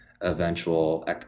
eventual